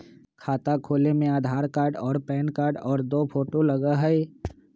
खाता खोले में आधार कार्ड और पेन कार्ड और दो फोटो लगहई?